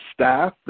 staff